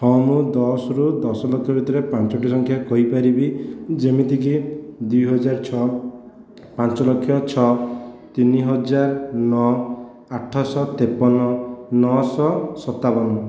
ହଁ ମୁଁ ଦଶ ରୁ ଦଶ ଲକ୍ଷ ଭିତରେ ପାଞ୍ଚୋଟି ସଂଖ୍ୟା କହିପାରିବି ଯେମିତିକି ଦୁଇ ହଜାର ଛଅ ପାଞ୍ଚ ଲକ୍ଷ ଛଅ ତିନି ହଜାର ନଅ ଆଠ ଶହ ତେପନ ନଅ ଶହ ସତାବନ